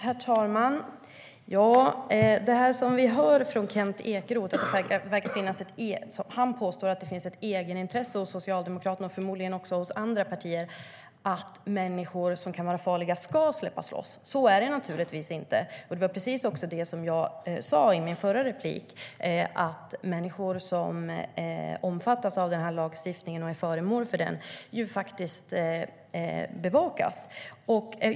Herr talman! Kent Ekeroth påstår att det finns ett egenintresse hos Socialdemokraterna och förmodligen även hos andra partier att människor som kan vara farliga ska släppas lösa. Så är det naturligtvis inte. Precis som jag sa i min förra replik är det så att människor som omfattas av den här lagstiftningen och är föremål för den faktiskt bevakas.